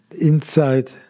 inside